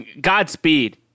Godspeed